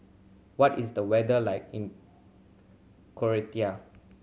what is the weather like in Croatia